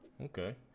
Okay